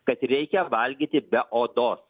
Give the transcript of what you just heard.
kad reikia valgyti be odos